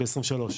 ב-23.